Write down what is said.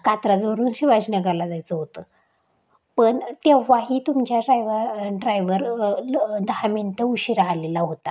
कात्रजवरून शिवाजीनगरला जायचं होतं पण तेव्हाही तुमच्या ड्रायवा ड्रायवर ला दहा मिनटं उशीरा आलेला होता